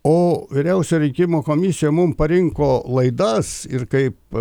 o vyriausioji rinkimų komisija mum parinko laidas ir kaip